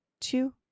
two